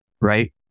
right